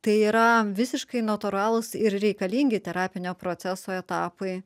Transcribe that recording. tai yra visiškai natūralūs ir reikalingi terapinio proceso etapai